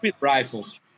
rifles